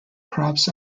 crops